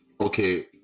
okay